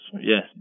yes